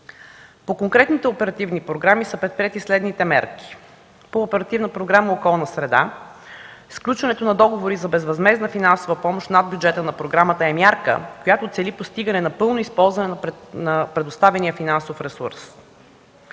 По конкретните оперативни програми са предприети следните мерки: по Оперативна програма „Околна среда” – сключването на договори за безвъзмездна финансова помощ над бюджета на програмата е мярка, която цели постигане на пълно използване на предоставен финансов ресурс.